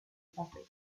français